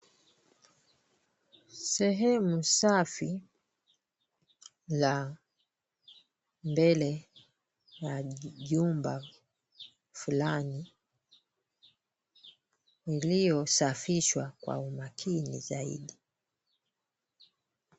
Sehemu safi la mbele la jumba fulani iliyosafishwa kwa umakini zaidi.